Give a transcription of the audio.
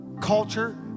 culture